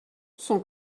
son